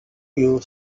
you